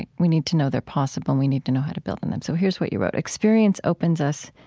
and we need to know they're possible. we need to know how to build on them. so here's what you wrote experience opens us,